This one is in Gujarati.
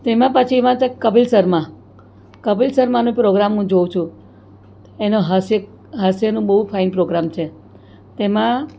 તેમાં પછી એમાં છે કપિલ શર્મા કપિલ શર્માનો પ્રોગ્રામ હું જોવું છું એનો હાસેક હાસ્યનો બહુ ફાઈન પ્રોગ્રામ છે તેમાં